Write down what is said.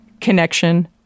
connection